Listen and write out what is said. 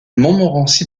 montmorency